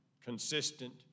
consistent